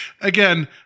again